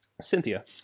Cynthia